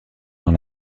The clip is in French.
dans